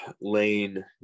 Lane